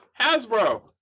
Hasbro